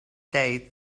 days